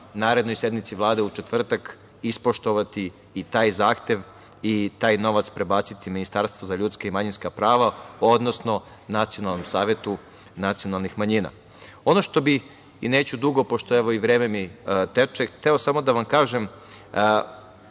narednoj sednici Vlade, u četvrtak, ispoštovati i taj zahtev i taj novac prebaciti Ministarstvu za ljudska i manjinska prava, odnosno Nacionalnom savetu nacionalnih manjina. Ono što bih, neću dugo, pošto evo i vreme mi teče, hteo samo da vam kažem,